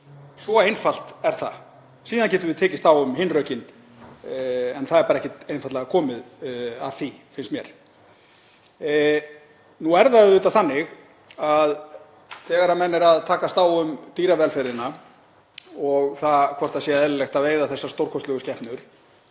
Svo einfalt er það. Síðan getum við tekist á um hin rökin. En það er bara einfaldlega ekki komið að því, finnst mér. Nú er það auðvitað þannig þegar menn eru að takast á um dýravelferðina og það hvort það sé eðlilegt að veiða þessar stórkostlegu skepnur